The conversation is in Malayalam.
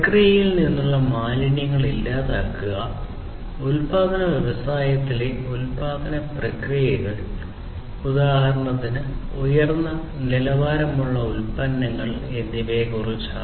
പ്രക്രിയകളിൽ നിന്നുള്ള മാലിന്യങ്ങൾ ഇല്ലാതാക്കുക ഉൽപാദന വ്യവസായങ്ങളിലെ ഉൽപാദന പ്രക്രിയകൾ ഉദാഹരണത്തിന് ഉയർന്ന നിലവാരമുള്ള ഉൽപ്പന്നങ്ങൾ എന്നിവയെക്കുറിച്ചാണ്